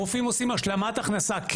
הרופאים עושים השלמת הכנסה,